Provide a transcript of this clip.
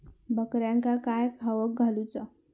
बकऱ्यांका काय खावक घालूचा?